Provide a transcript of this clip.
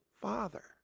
Father